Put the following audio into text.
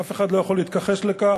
אף אחד לא יכול להתכחש לכך,